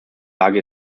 lage